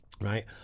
right